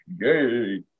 Yay